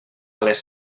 les